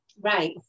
Right